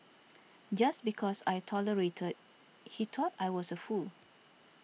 just because I tolerated he thought I was a fool